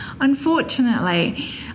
Unfortunately